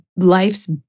life's